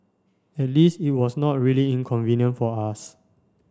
at least it was not really inconvenient for us